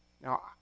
Now